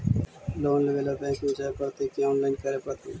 Loan लेवे ल bank में जाय पड़तै कि औनलाइन करे पड़तै?